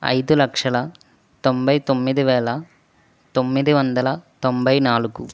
ఐదు లక్షల తొంభై తొమ్మిది వేల తొమ్మిది వందల తొంభై నాలుగు